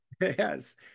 yes